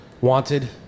Wanted